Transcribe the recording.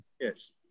Yes